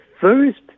first